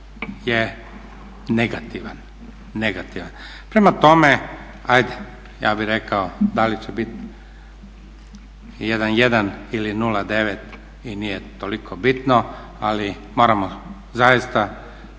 je negativan. Prema tome, ajde ja bih rekao da li će biti 1,1 ili 0,9 i nije toliko bitno ali moramo zaista